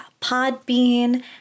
Podbean